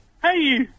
Hey